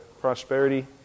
prosperity